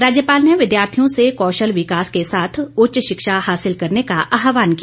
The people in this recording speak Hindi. राज्यपाल ने विद्यार्थियों से कौशल विकास के साथ उच्च शिक्षा हासिल करने का आहवान किया